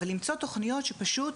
אבל למצוא תוכניות שפשוט